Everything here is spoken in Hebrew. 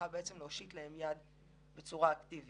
מצאנו